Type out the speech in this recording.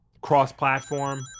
cross-platform